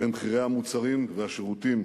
במחירי המוצרים והשירותים.